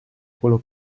quello